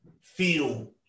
feel